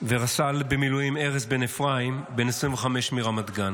ורס"ל במילואים ארז בן אפרים, בן 25, מרמת גן.